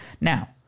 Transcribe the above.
Now